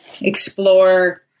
explore